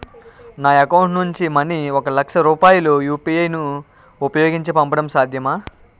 నా అకౌంట్ నుంచి మనీ ఒక లక్ష రూపాయలు యు.పి.ఐ ను ఉపయోగించి పంపడం సాధ్యమా?